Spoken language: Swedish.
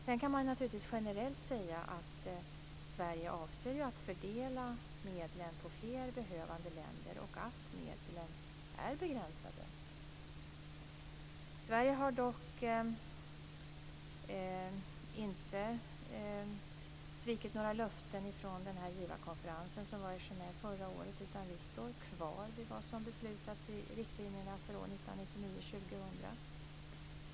Sedan kan jag generellt säga att Sverige avser att fördela medlen på fler behövande länder och att medlen är begränsade. Sverige har dock inte svikit några löften från givarkonferensen som ägde rum i Genéve förra året, utan vi står fast vid vad som beslutades i riktlinjerna för 1999/2000.